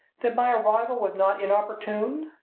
that my arrival was not inopportune.